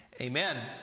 Amen